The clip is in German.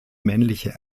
männliche